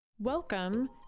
Welcome